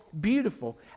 Beautiful